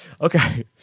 okay